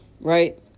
right